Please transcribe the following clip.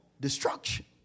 destruction